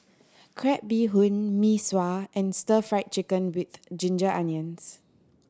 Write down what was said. crab bee hoon Mee Sua and Stir Fried Chicken With Ginger Onions